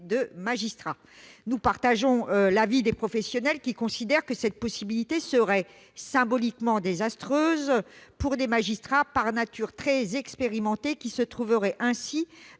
de magistrat. Nous partageons l'avis des professionnels qui considèrent que cette possibilité serait « symboliquement désastreuse pour des magistrats par nature très expérimentés qui se trouveraient ainsi,